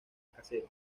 casero